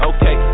Okay